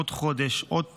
עוד חודש, עוד פגרה,